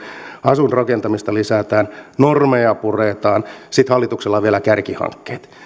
asuinrakentamista lisätään normeja puretaan ja sitten hallituksella on vielä kärkihankkeet